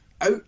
out